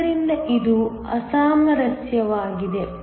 ಆದ್ದರಿಂದ ಇದು ಅಸಾಮರಸ್ಯವಾಗಿದೆ